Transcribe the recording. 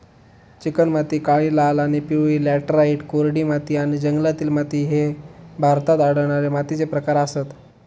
चिकणमाती, काळी, लाल आणि पिवळी लॅटराइट, कोरडी माती आणि जंगलातील माती ह्ये भारतात आढळणारे मातीचे प्रकार आसत